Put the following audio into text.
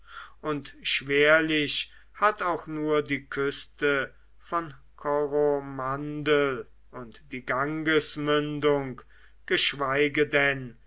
und schwerlich hat auch nur die küste von kornmandel und die gangesmündung geschweige denn